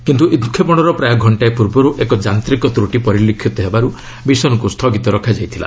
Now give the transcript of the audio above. କିନ୍ତ ଉତ୍କ୍ଷେପଣର ପ୍ରାୟ ଘଙ୍କାଏ ପୂର୍ବରୁ ଏକ ଯାନ୍ତିକ ତ୍ରୁଟି ପରିଲକ୍ଷିତ ହେବାରୁ ମିଶନକୁ ସ୍ଥଗିତ ରଖାଯାଇଥିଲା